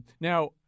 Now